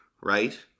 right